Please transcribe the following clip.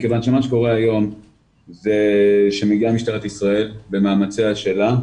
מכיוון שמה שקורה היום זה שמגיעה משטרת ישראל במאמציה שלה,